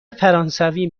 فرانسوی